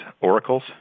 oracles